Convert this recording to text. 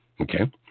Okay